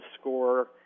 score